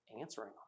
answering